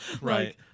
right